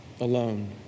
alone